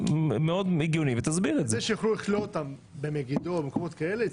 כדי שיוכלו לכלוא אותם במגידו ובמקומות כאלה,